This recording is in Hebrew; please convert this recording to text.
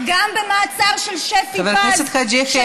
גם במעצר של שפי פז, חבר הכנסת חאג' יחיא.